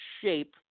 shape